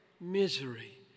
misery